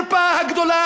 החרפה הגדולה,